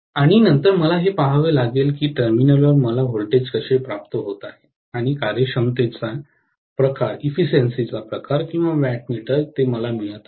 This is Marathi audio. आणि नंतर मला हे पहावे लागेल की टर्मिनलवर मला व्होल्टेज कसे प्राप्त होत आहे आणि कार्यक्षमतेचे प्रकार किंवा वॅटमीटर ते मला मिळत आहे